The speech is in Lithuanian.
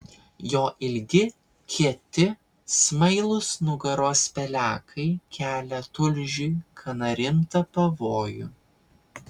jo ilgi kieti smailūs nugaros pelekai kelia tulžiui gana rimtą pavojų